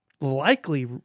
likely